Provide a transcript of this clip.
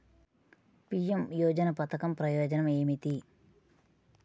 PM యోజన పధకం ప్రయోజనం ఏమితి?